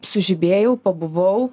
sužibėjau pabuvau